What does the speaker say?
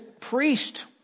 priest